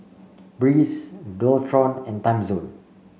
Breeze Dualtron and Timezone